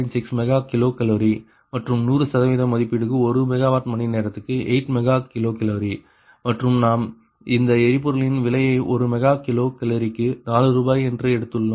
6 mega kilo calorie மற்றும் 100 சதவிகிதம் மதிப்பீடு ஒரு மெகாவாட் மணி நேரத்துக்கு 8 மெகா கிலோ கலோரி மற்றும் நாம் இந்த எரிபொருளின் விலையை ஒரு மெகா கிலோ கலோரிக்கு 4 ரூபாய் என்று எடுத்துள்ளோம்